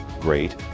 great